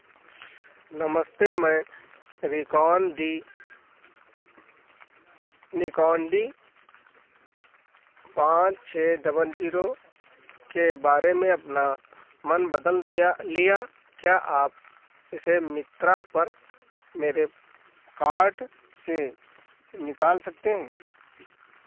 नमस्ते मैं रिकॉन डी निकॉन डी पाँच छः डबल जीरो के बारे में अपना मन बदल दिया लिया क्या आप इसे मित्रा पर मेरे कार्ट से निकाल सकते हैं